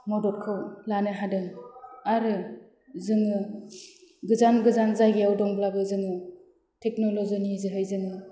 मददखौ लानो हादों आरो जोङो गोजान गोजान जायगायाव दंब्लाबो जोङो टेक्नल'जिनि जोहै जोङो